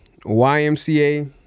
YMCA